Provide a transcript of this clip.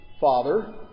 father